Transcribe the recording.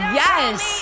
yes